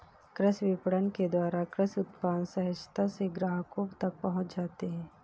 कृषि विपणन के द्वारा कृषि उत्पाद सहजता से ग्राहकों तक पहुंच जाते हैं